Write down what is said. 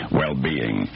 well-being